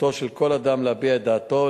זכותו של כל אדם להביע את רצונו,